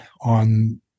on